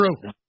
true